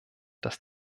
dass